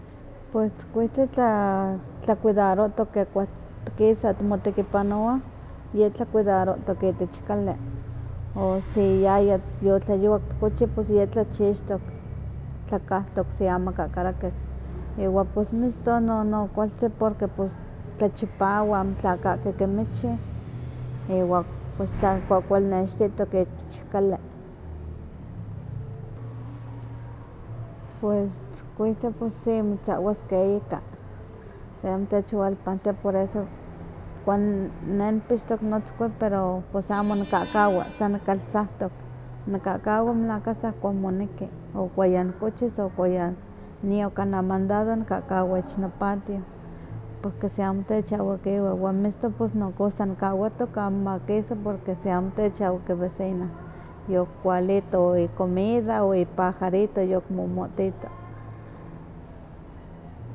Pues tzkuiktli tla tlacuidarohtok kema tikisa timotekipanowa ye tlacuidarotok itech kali, o si yaya yotlayowak tikochi pues ye tlachixtok, tlakahtok si amaka kalakis. Iwa pos miston nono kualtzi porque pus tlachipawa, amo tlakaki kimichih, iwa pues tla kuakualnextitok ich kali. Pues tzkuintli pues si mitzahwaskeh ika, techwalpantia por eso kuand ne nipixtok notzkui pero pos amo nikakawa, san nihkaltzahtok, nikakawa melahka sah kua moneki, o kua yanikochis o kua ya nio kana mandado nikakawa ich no patio, porque si amo tehahwakiwi, wan miston pues nohko san nikahwatok nio amo ma kisa porque si amo tecahwaki vecino, yokikualito icomida o ipajarito yokimomohtito.